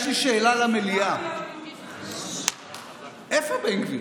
יש לי שאלה למליאה: איפה בן גביר?